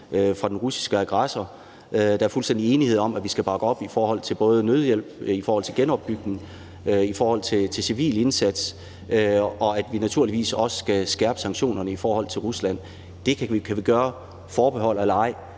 fra den russiske aggressor. Der er fuldstændig enighed om, at vi skal bakke op om både nødhjælp, genopbygning og den civile indsats, og at vi naturligvis også skal skærpe sanktionerne mod Rusland. Det kan vi gøre – forbehold eller ej.